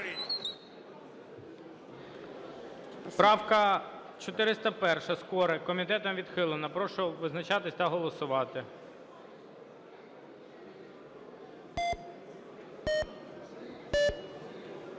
Правка 401, Скорик, комітетом відхилена. Прошу визначатись та голосувати. 16:50:12